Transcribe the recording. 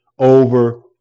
over